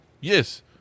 Yes